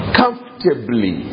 comfortably